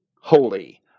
holy